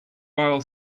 aisle